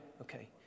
Okay